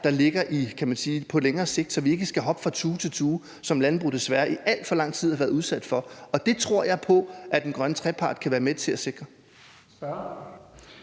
der ligger på længere sigt, så vi ikke skal hoppe fra tue til tue, som landbruget desværre i alt for lang tid har været udsat for. Det tror jeg på den grønne trepart kan være med til at sikre.